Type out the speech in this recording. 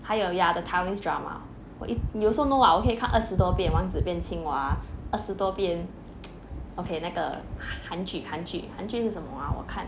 还有 ya the taiwanese drama 我一 you also know [what] 我可以看二十多遍王子变青蛙二十多遍 okay 那个韩剧韩剧韩剧是什么啊我看